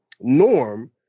norm